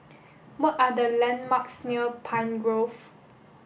what are the landmarks near Pine Grove